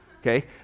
okay